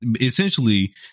Essentially